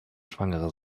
schwangerer